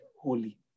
holy